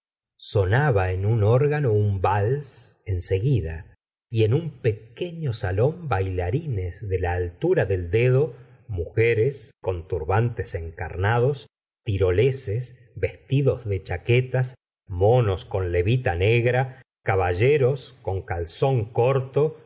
sonaba en un órgano un vals en seguida y en un pequeño salón bailarines de la altura del dedo mujeres con turbantes encarnados tiroleses vestidos de chaqueta monos con levita negra caballeros con calzón corto